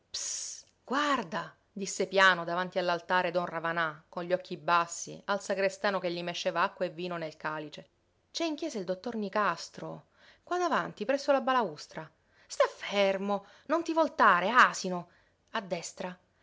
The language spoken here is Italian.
guarda disse piano davanti all'altare don ravanà con gli occhi bassi al sagrestano che gli mesceva acqua e vino nel calice c'è in chiesa il dottor nicastro qua davanti presso la balaustra sta fermo non ti voltare asino a destra